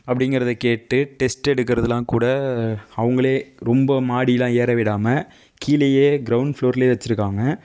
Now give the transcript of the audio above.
அப்படிங்குறத கேட்டு டெஸ்ட்டெடுக்கிறதுலான் கூட அவங்களே ரொம்ப மாடிலான் ஏற விடாமல் கீழையே கிரவுண்டு ஃபுளோர்ல வச்சுருக்காங்க